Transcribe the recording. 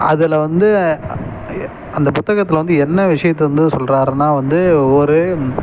அதில் வந்து அந்த புத்தகத்தில் வந்து என்ன விஷயத்தை வந்து சொல்கிறாருனா வந்து ஒரு